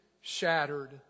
shattered